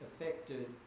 affected